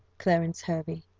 clarence hervey.